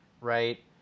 Right